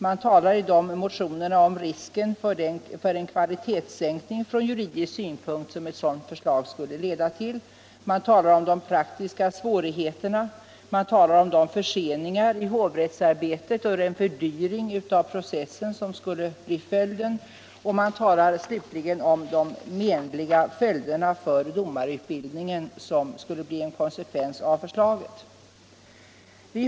Man talar i motionerna om risken för kvalitetssänkning från juridisk synpunkt, som ett sådant förslag skulle leda till, och man talar om de praktiska svårigheterna, om de förseningar i hovrättsarbetet och den fördyring av processen som skulle bli följden. Man talar slutligen om de menliga följderna för domarutbildningen som skulle bli en konsekvens av förslaget.